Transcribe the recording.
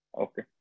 Okay